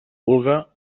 vulga